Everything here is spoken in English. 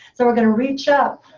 so we're going reach up.